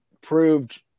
proved